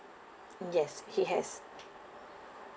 yes he has